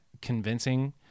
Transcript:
convincing